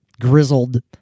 grizzled